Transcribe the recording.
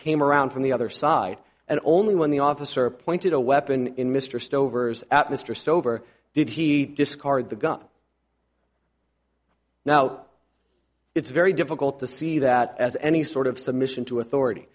came around from the other side and only when the officer pointed a weapon in mr stover's at mr stover did he discard the gun now it's very difficult to see that as any sort of submission to authority